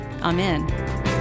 Amen